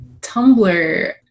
Tumblr